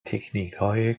تکنیکهای